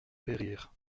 périr